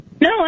No